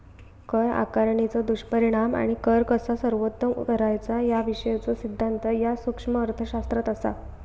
कर आकारणीचो दुष्परिणाम आणि कर कसा सर्वोत्तम करायचा याविषयीचो सिद्धांत ह्या सूक्ष्म अर्थशास्त्रात असा